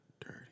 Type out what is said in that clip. dirty